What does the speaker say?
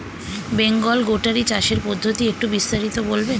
বেঙ্গল গোটারি চাষের পদ্ধতি একটু বিস্তারিত বলবেন?